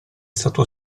stato